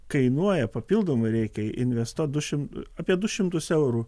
kainuoja papildomai reikia investuoti du šim apie du šimtus eurų